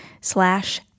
slash